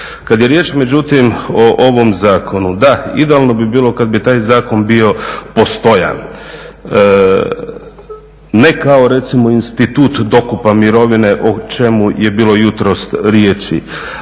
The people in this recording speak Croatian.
Kad je riječ međutim o ovom zakonu, idealno bi bilo kad bi taj zakon bio postojan, ne kao recimo institut dokupa mirovine o čemu je bilo jutros riječi,